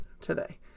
today